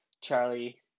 Charlie